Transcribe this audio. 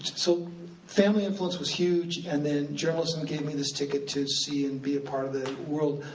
so family influence was huge, and then journalism gave me this ticket to see and be a part of the world,